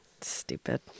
Stupid